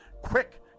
quick